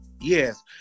yes